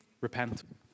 repent